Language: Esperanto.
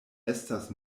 estas